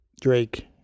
Drake